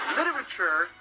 literature